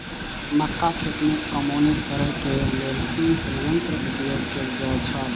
मक्का खेत में कमौनी करेय केय लेल कुन संयंत्र उपयोग कैल जाए छल?